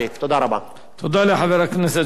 תודה לחבר הכנסת ג'מאל זחאלקה.